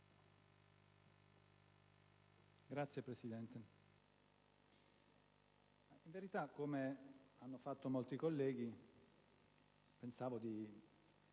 Signor Presidente, in verità - come hanno fatto molti colleghi - pensavo di